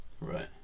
Right